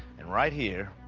and right here,